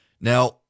Now